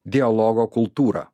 dialogo kultūrą